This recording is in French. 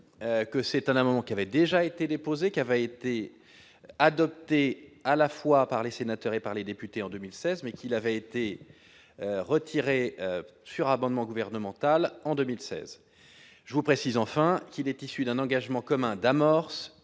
que c'est un qui avait déjà été déposée qui avait été adopté à la fois par les sénateurs et par les députés en 2016, mais il avait été retiré sur abonnement gouvernementale en 2016 je vous précise enfin qu'il est issu d'un engagement commun d'amorce